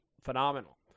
phenomenal